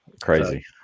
Crazy